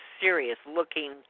serious-looking